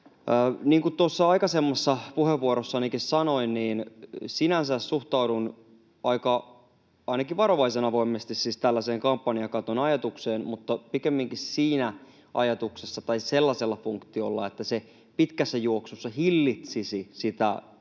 Niin kuin tuossa aikaisemmassakin puheenvuorossani sanoin, sinänsä suhtaudun ainakin varovaisen avoimesti siis tällaiseen kampanjakaton ajatukseen mutta pikemminkin sillä ajatuksella tai sellaisella funktiolla, että se pitkässä juoksussa hillitsisi sitä